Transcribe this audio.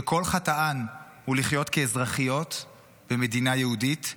שכל חטאן הוא לחיות כאזרחיות במדינה יהודית,